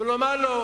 ולומר לו: